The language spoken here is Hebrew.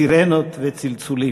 סירנות וצלצולים.